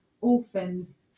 orphans